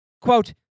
Quote